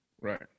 Right